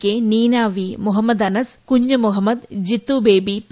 K Neena V Muhammad Anas Kunhumuhammad Jithu Baby P